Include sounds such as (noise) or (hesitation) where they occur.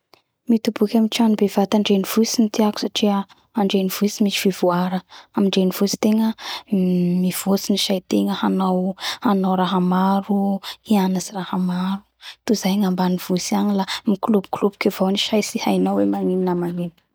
Mitobiky amy tragno bevata andrenivotsy tia satria andrenivohitsy misy fivoara andrenivohitsy tegna (hesitation) uhm mivoatsy saitegna hanao raha maro; hianatsy raha maro toy zay gnambany vohitsy agny l mikilopikilopiky avao ny say tsy hainao hoe magnino na magnino